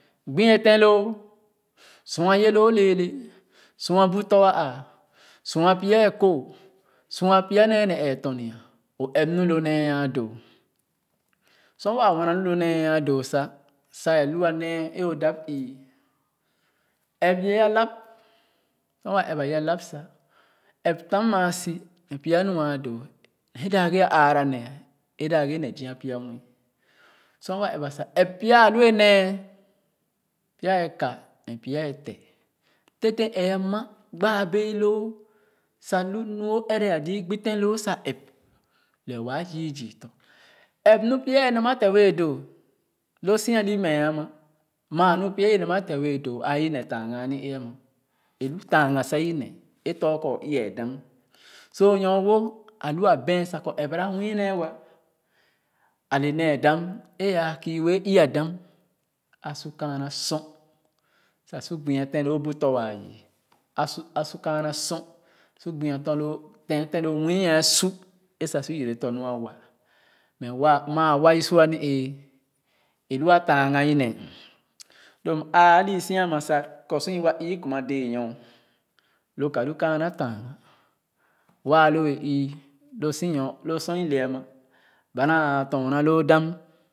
Ubi e ̄ ton sua ye loo sua ye loo léele sua bu tɔ̃ a āā sua pya kooh sua pya nee ne we tɔ-nya o ɛp nu lo nee a doo su waa muɛ naa lu lo nee aa doo sa sa e lu a nee e o dap ii ɛp tam a si pya nu as doo e ̄ dap ghe aara neech e dap ghe ne zii pya sor wa ɛp ba sa lo nu o ɛrɛ a zii gbi ten loo sa ap lɛɛ waa doo lo si a li meah ama maa nu pya yɛ nama te wɛɛ doo lo si a li meah ama maa nu pya inama te wɛɛ doo a i naa taaga a ni-ee ama e loo taaga sa ine e tɔ̃ o kɔ ii-ye dam so nyɔɔ wo a lua a bɛan sa kɔ ɛrɛ ba nuii nee wa ale nee dam e ah kii wɛɛ ii-ya dam a su kaana sor sa su gbia ten loo nu tɔ waa yii a su a su kaana sor su gbi tɔn lo ten ten lok muii ɛɛ su y ɛre tɔ̃ nua wa mɛ wa maa wa e su a m-ee e lua taaga i-ne lo maa ali si ama sa kɔ sor i wa ii kuma dɛɛnyɔɔ lo sinyɔɔ lo sor d le ama Ba naa āā tɔn na loo dam